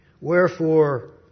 Wherefore